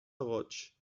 goig